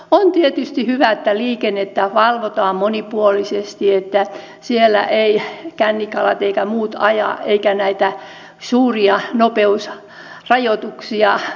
on tietysti hyvä että liikennettä valvotaan monipuolisesti että siellä eivät kännikalat eivätkä muut aja eikä näitä suuria nopeusrajoituksia sitten tehtäisi